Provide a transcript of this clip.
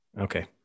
Okay